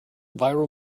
viral